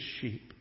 sheep